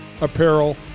apparel